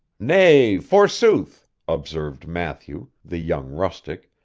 nay, forsooth observed matthew, the young rustic,